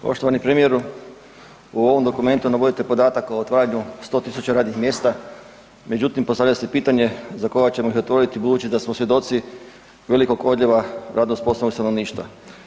Poštovani premijeru, u ovom dokumentu navodite podatak o otvaranju 100.000 radnih mjesta međutim postavlja se pitanje za koga ćemo ih otvoriti budući da smo svjedoci velikog odljeva radno sposobnog stanovništva.